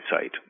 site